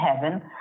heaven